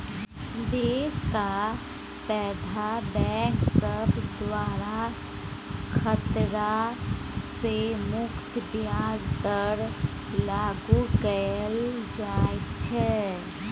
देशक पैघ बैंक सब द्वारा खतरा सँ मुक्त ब्याज दर लागु कएल जाइत छै